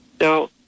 Now